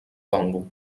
congo